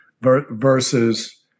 versus